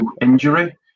injury